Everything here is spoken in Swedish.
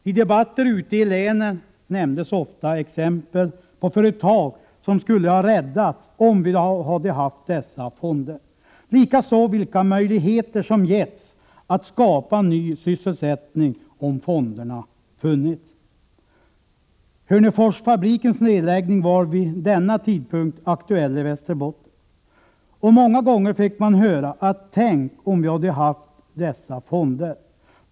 I debatter ute i länen nämndes ofta exempel på företag som skulle ha räddats, om vi hade haft dessa fonder — likaså vilka möjligheter som getts att skapa ny sysselsättning, om fonderna hade funnits. Hörneforsfabrikens nedläggning var vid denna tidpunkt aktuell i Västerbotten. Många gånger fick man höra: Tänk om vi hade haft dessa fonder!